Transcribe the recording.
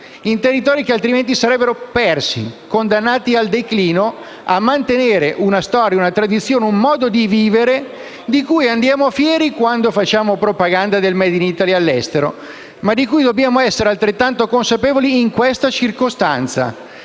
città che altrimenti sarebbero persi e condannati al declino, una storia, una tradizione, un modo di vivere, di cui andiamo fieri quando facciamo propaganda del *made* *in* *Italy* all'estero, ma di cui dobbiamo essere altrettanto consapevoli in questa circostanza.